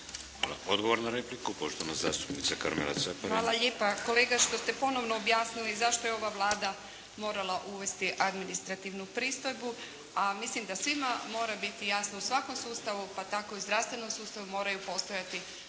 (HDZ)** Odgovor na repliku, poštovana zastupnica Karmela Caparin. **Caparin, Karmela (HDZ)** Hvala lijepa kolega što ste ponovno objasnili zašto je ova Vlada morala uvesti administrativnu pristojbu, a mislim da svima mora biti jasno u svakom sustavu pa tako i u zdravstvenom sustavu moraju postojati